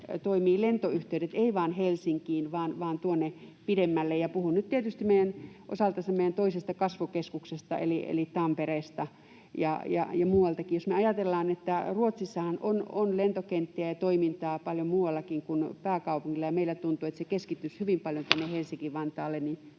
toimivat, ei vain Helsinkiin vaan tuonne pidemmälle, ja puhun nyt tietysti meidän osaltamme tästä meidän toisesta kasvukeskuksesta eli Tampereesta, ja muualtakin. Jos me ajatellaan, että Ruotsissahan on lentokenttiä ja toimintaa paljon muuallakin kuin pääkaupungilla ja meillä taas tuntuu, että se keskittyy hyvin paljon tänne